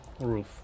roof